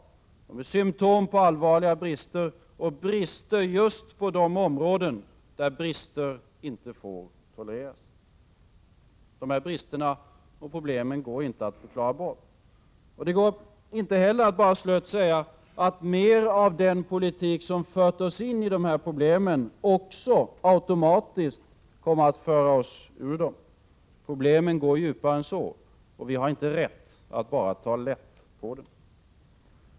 De är symptom på allvarliga brister, och brister just på de områden där brister inte får tolereras. Dessa brister och problem går inte att förklara bort. Det går inte heller att bara slött säga att mer av den politik som fört oss in i problemen också automatiskt kommer att föra oss ur dem. Problemen går djupare än så, och vi har inte rätt att bara ta lätt på dem.